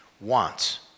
wants